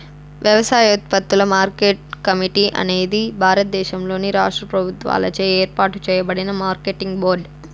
వ్యవసాయోత్పత్తుల market committee అనేది భారతదేశంలోని రాష్ట్ర ప్రభుత్వాలచే ఏర్పాటు చేయబడిన మార్కెటింగ్ బోర్డు